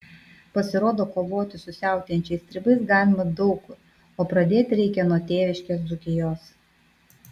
pasirodo kovoti su siautėjančiais stribais galima daug kur o pradėti reikia nuo tėviškės dzūkijos